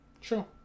Sure